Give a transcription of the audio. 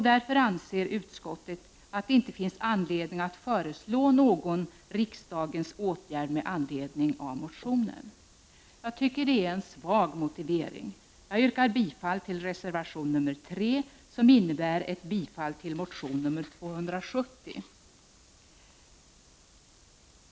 Därför anser utskottet att det inte finns anledning för någon riksdagens åtgärd med anledning av motionen. Jag tycker att det är en svag motivering. Jag yrkar bifall till reservation 3, vilket innebär ett bifall till motion Kr270.